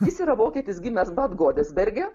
jis yra vokietis gimęs badgodesberge